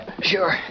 Sure